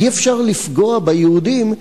אי-אפשר לפגוע ביהודים,